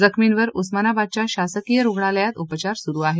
जखमींवर उस्मानाबादच्या शासकीय रूग्णालयात उपचार सुरू आहेत